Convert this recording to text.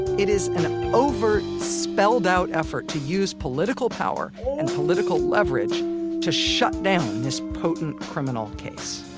it is an overt, spelled-out effort to use political power and political leverage to shutdown this potent criminal case